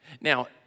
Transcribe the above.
Now